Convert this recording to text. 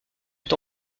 est